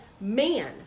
man